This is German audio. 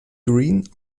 green